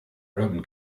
roman